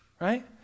right